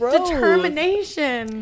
Determination